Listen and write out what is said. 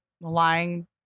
lying